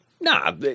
Nah